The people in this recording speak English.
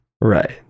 Right